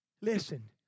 Listen